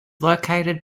located